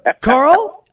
Carl